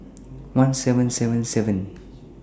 one seven seven seven